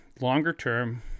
longer-term